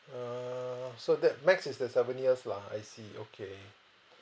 err so that max is the seven years lah I see okay